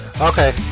Okay